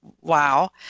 Wow